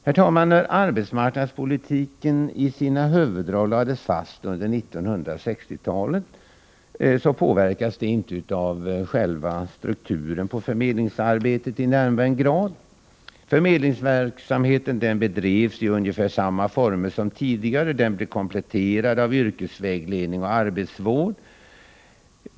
När arbetsmarknadspolitiken i sina huvuddrag lades fast under 1960-talet påverkade detta inte själva strukturen på förmedlingsarbetet i nämnvärd grad. Förmedlingsverksamheten bedrevs i ungefär samma former som tidigare, kompletterad av yrkesvägledning och arbetsvård.